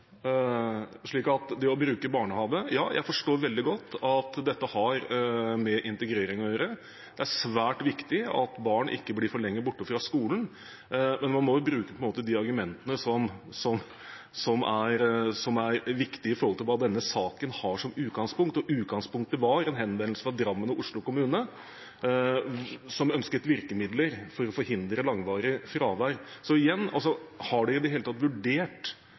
slik at det å bruke barnehage forstår jeg veldig godt har med integrering å gjøre. Det er svært viktig at barn ikke blir for lenge borte fra skolen, men man må jo bruke de argumentene som er viktige i forhold til hva denne saken har som utgangspunkt, og utgangspunktet var en henvendelse fra Drammen kommune og Oslo kommune, som ønsket virkemidler for å forhindre langvarig fravær. Så igjen: Har man i det hele tatt